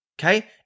okay